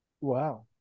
wow